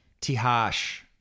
Tihash